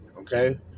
Okay